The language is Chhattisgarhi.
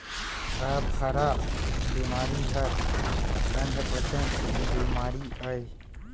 अफारा बेमारी हर अधपचन बेमारी अय